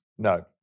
No